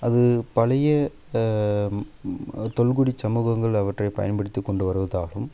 அது பழைய தொல்குடி சமூகங்கள் அவற்றைப் பயன்படுத்திக் கொண்டு வருவதாகவும்